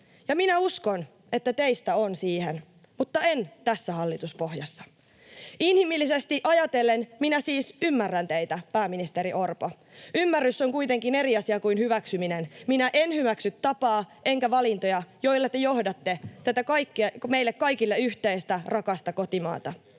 Ja minä uskon, että teistä on siihen — mutta ei tässä hallituspohjassa. Inhimillisesti ajatellen minä siis ymmärrän teitä, pääministeri Orpo. Ymmärrys on kuitenkin eri asia kuin hyväksyminen. Minä en hyväksy tapaa enkä valintoja, joilla te johdatte tätä meille kaikille yhteistä rakasta maata.